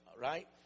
right